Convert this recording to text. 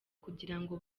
kugirango